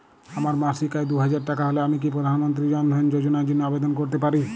আমার মাসিক আয় দুহাজার টাকা হলে আমি কি প্রধান মন্ত্রী জন ধন যোজনার জন্য আবেদন করতে পারি?